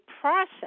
process